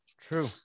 True